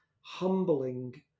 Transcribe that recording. humbling